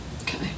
okay